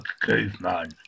Caveman